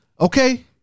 Okay